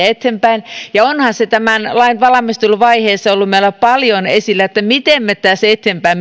eteenpäin onhan se tämän lain valmisteluvaiheessa ollut meillä paljon esillä miten me tässä eteenpäin